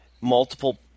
multiple